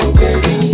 baby